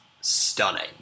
stunning